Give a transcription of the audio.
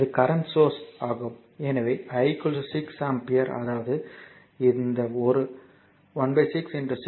இது current source ஆகும் எனவே I 6 ஆம்பியர் அதாவது இந்த ஒரு 1 6 6 1 ஆம்பியர் 1 ஆம்பியர்